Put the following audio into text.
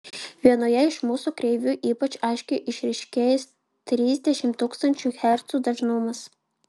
vienoje iš mūsų kreivių ypač aiškiai išryškėjęs trisdešimt tūkstančių hercų dažnumas